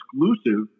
exclusive